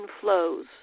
flows